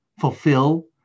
fulfill